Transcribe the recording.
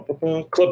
Club